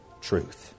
truth